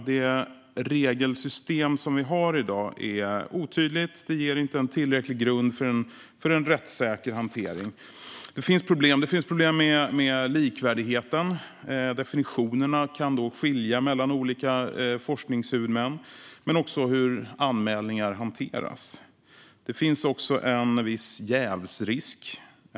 Det regelsystem som vi har i dag är otydligt och ger inte en tillräcklig grund för en rättssäker hantering. Det finns problem med likvärdigheten. Definitionerna kan skilja mellan olika forskningshuvudmän men också i fråga om hur anmälningar hanteras. Det finns också en viss jävsrisk.